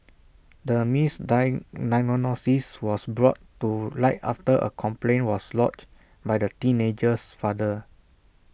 the misdiagnosis was brought to light after A complaint was lodged by the teenager's father